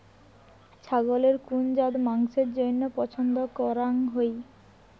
ছাগলের কুন জাত মাংসের জইন্য পছন্দ করাং হই?